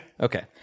Okay